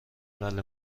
بله